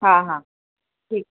हा हा ठीक